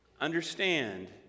understand